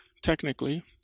technically